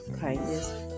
kindness